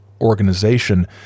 organization